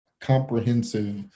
comprehensive